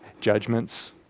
judgments